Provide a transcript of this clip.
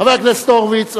חבר הכנסת הורוביץ,